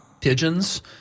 pigeons